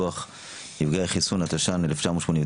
שלום.